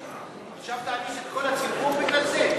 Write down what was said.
עכשיו תעניש את כל הציבור בגלל זה?